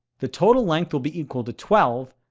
the total length will be equal to twelve,